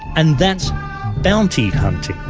and that's bounty hunting.